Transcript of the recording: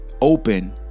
Open